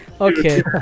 Okay